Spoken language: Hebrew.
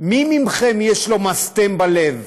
מי מכם יש לו מסתם בלב?